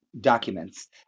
documents